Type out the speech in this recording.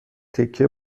تکه